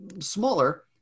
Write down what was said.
smaller